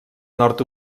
nord